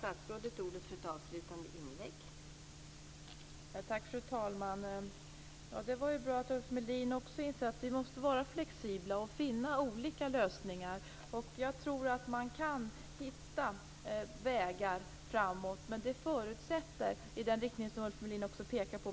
Fru talman! Det var ju bra att Ulf Melin också inser att vi måste vara flexibla och finna olika lösningar. Jag tror att man kan hitta vägar framåt i den riktning som Ulf Melin pekar på.